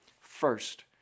First